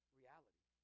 reality